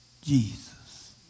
Jesus